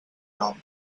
nom